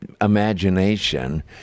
imagination